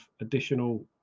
additional